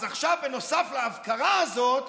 אז עכשיו, נוסף להפקרה הזאת,